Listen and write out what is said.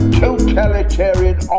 totalitarian